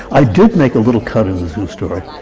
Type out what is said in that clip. i did make a little cut in the zoo story,